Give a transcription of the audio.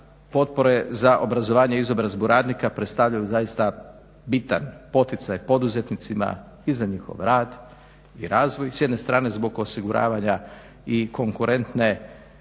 potpore za obrazovanje i izobrazbu radnika predstavljaju zaista bitan poticaj poduzetnicima i za njihov rad i razvoj s jedne strane zbog osiguravanja i konkurentnih